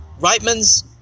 Reitman's